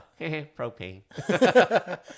propane